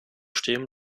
stehen